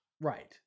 Right